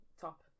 top